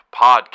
Podcast